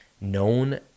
known